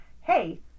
hey